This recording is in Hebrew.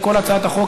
על כל הצעת החוק,